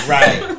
Right